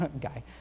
Guy